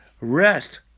rest